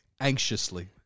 anxiously